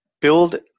Build